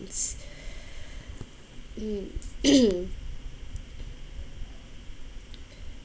mm